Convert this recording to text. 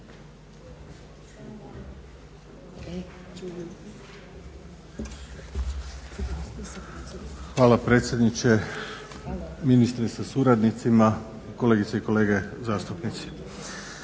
Hvala predsjedniče, ministre sa suradnicima, kolegice i kolege zastupnici.